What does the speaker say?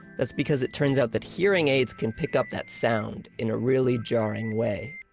that's because it turns out that hearing aids can pick up that sound in a really jarring way.